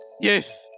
Yes